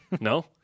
No